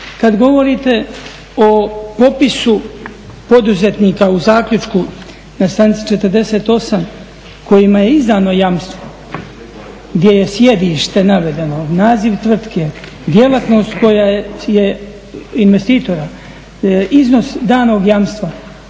Kada govorite o popisu poduzetnika u zaključku na stranici 48 kojima je izdano jamstvo gdje je sjedište navedeno, naziv tvrtke, djelatnost investitora, iznos danog jamstva,